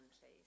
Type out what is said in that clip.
please